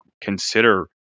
consider